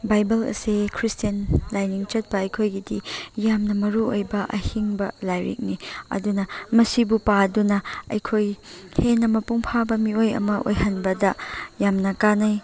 Bible ꯑꯁꯦ Christian ꯂꯥꯏꯅꯤꯡ ꯆꯠꯄ ꯑꯩꯈꯣꯏꯒꯤꯗꯤ ꯌꯥꯝꯅ ꯃꯔꯨ ꯑꯣꯏꯕ ꯑꯍꯤꯡꯕ ꯂꯥꯏꯔꯤꯛꯅꯤ ꯑꯗꯨꯅ ꯃꯁꯤꯕꯨ ꯄꯥꯗꯨꯅ ꯑꯩꯈꯣꯏ ꯍꯦꯟꯅ ꯃꯄꯨꯡ ꯐꯥꯕ ꯃꯤꯑꯣꯏ ꯑꯃ ꯑꯣꯏꯍꯟꯕꯗ ꯌꯥꯝꯅ ꯀꯥꯟꯅꯩ